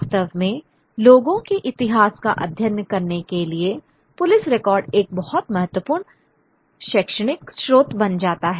वास्तव में लोगों के इतिहास का अध्ययन करने के लिए पुलिस रिकॉर्ड एक बहुत महत्वपूर्ण शैक्षणिक स्रोत बन जाता है